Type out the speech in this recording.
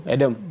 Adam